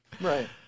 Right